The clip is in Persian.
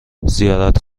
زیارت